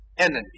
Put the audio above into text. enemy